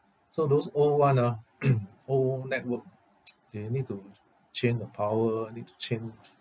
so those old [one] ah old network they need to ch~ change the power need to change